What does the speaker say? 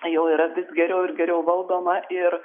jau yra vis geriau ir geriau valdoma ir